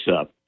up